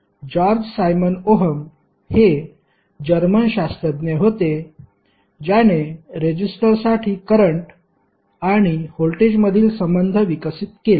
George Simon Ohm हे German भौतिकशास्त्रज्ञ होते ज्याने रेझिस्टरसाठी करंट आणि व्होल्टेजमधील संबंध विकसित केला